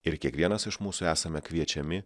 ir kiekvienas iš mūsų esame kviečiami